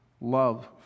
love